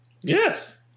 Yes